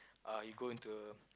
uh you go into